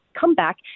comeback